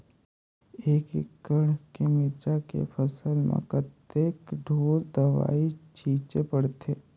एक एकड़ के मिरचा के फसल म कतेक ढोल दवई छीचे पड़थे?